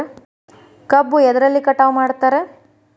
ಕಬ್ಬು ಎದ್ರಲೆ ಕಟಾವು ಮಾಡ್ತಾರ್?